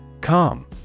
Calm